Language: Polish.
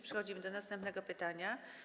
Przechodzimy do następnego pytania.